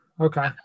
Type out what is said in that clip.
Okay